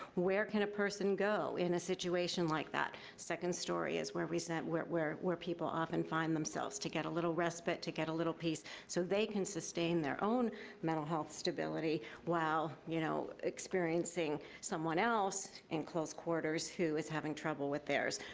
where can a person go in a situation like that? second story is where we sent, where where people often find themselves to get a little respite, to get a little peace so they can sustain their own mental health stability while, you know, experiencing someone else in close quarters who is having trouble with theirs,